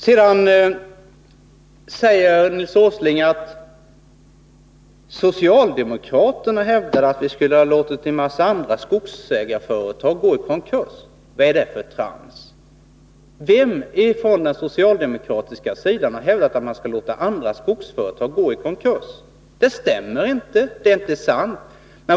Sedan säger Nils Åsling att socialdemokraterna hävdar att vi borde ha låtit en massa skogsägarföretag gå i konkurs. Vad är det för trams? Vem från den socialdemokratiska sidan har hävdat att man borde låta andra skogsföretag gå i konkurs? Detta stämmer inte, det är inte sant.